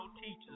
teachers